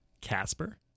Casper